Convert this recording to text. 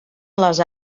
les